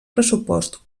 pressupost